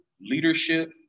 leadership